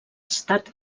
estat